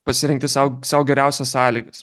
pasirinkti sau sau geriausias sąlygas